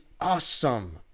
awesome